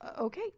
okay